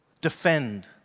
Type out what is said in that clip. Defend